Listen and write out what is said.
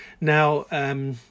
Now